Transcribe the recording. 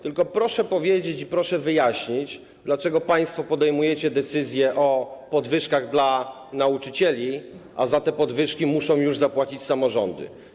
Tylko proszę powiedzieć i proszę wyjaśnić, dlaczego państwo podejmujecie decyzje o podwyżkach dla nauczycieli, a za te podwyżki muszą już zapłacić samorządy.